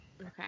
Okay